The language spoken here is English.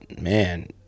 man